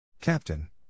Captain